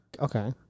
okay